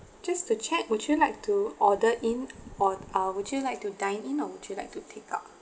just to check would you like to order in or uh would you like to dine in or would you like to takeout